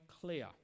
clear